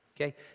okay